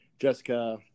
Jessica